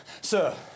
Sir